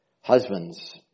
Husbands